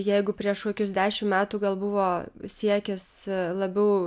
jeigu prieš kokius dešim metų gal buvo siekis labiau